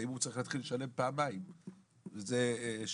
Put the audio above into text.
האם הוא צריך להתחיל לשלם פעמיים?